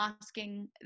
asking